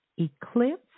eclipse